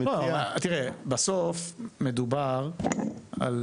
תראה, בסוף מדובר על,